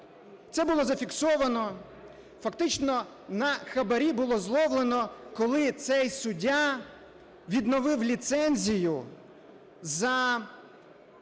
Це було зафіксовано, фактично на хабарі було зловлено, коли цей суддя відновив ліцензію за